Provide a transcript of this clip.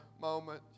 moment